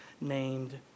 named